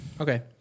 Okay